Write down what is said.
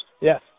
Yes